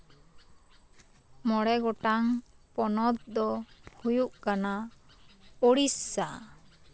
ᱢᱚᱬᱮ ᱜᱚᱴᱟᱝ ᱯᱚᱱᱚᱛ ᱫᱚ ᱦᱩᱭᱩᱜ ᱠᱟᱱᱟ ᱳᱰᱤᱥᱟ